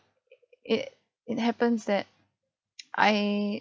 it it happens that I